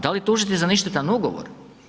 Da li tužiti za ništetan ugovor?